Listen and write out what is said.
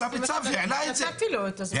אז זה מה שנתתי לו את הזמן.